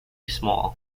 small